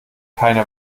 keine